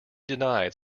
denied